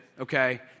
Okay